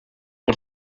por